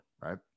right